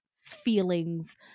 feelings